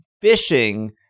fishing